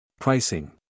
Pricing